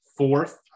fourth